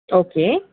okay